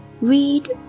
read